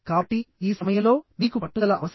కాబట్టి ఈ సమయంలో మీకు పట్టుదల అవసరం